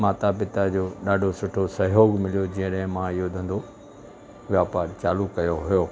माता पिता जो ॾाढो सुठो सहयोगु मिलियो जॾहि मां इहो धंधो वापारु चालू कयो हुयो